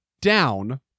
down